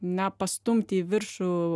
na pastumti į viršų